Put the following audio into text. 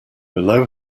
below